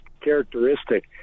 characteristic